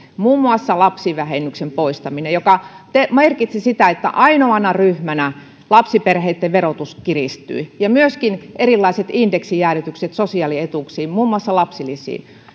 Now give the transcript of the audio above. muun muassa lapsivähennyksen poistamisella joka merkitsi sitä että ainoana ryhmänä lapsiperheitten verotus kiristyi ja myöskin erilaisilla indeksijäädytyksillä sosiaalietuuksiin muun muassa lapsilisiin